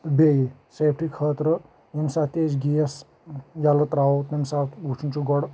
تہٕ بیٚیہِ سیفٹی خٲطرٕ ییٚمۍ ساتہٕ تہِ أسۍ گیس یَلہٕ ترٛاوو تَمہِ ساتہٕ وٕچھُن چھُ گۄڈٕ